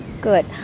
good